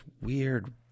weird